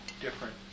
different